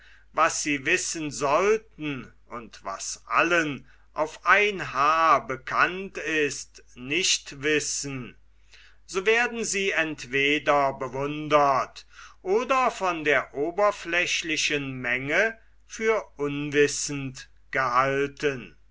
was sie wissen sollten und was allen auf ein haar bekannt ist nicht wissen so werden sie entweder bewundert oder von der oberflächlichen menge für unwissend gehalten